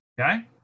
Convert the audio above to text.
Okay